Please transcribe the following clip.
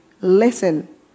listen